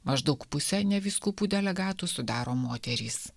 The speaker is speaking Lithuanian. maždaug pusę ne vyskupų delegatų sudaro moterys